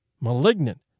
malignant